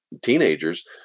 teenagers